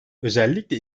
özellikle